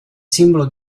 simbolo